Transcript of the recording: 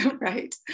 Right